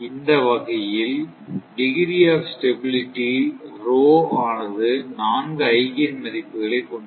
இந்த வகையில் degree of stability ஆனது 4 ஐகேன் மதிப்புகளை கொண்டிருக்கும்